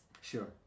Sure